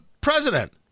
president